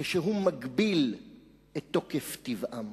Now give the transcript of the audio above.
כשהוא מגביל את תוקף טבעם.